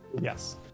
yes